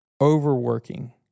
overworking